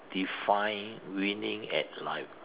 define winning at life